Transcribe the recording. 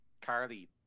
Carly